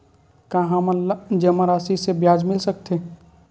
का हमन ला जमा राशि से ब्याज मिल सकथे?